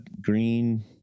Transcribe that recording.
green